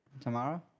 Tomorrow